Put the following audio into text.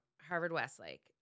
Harvard-Westlake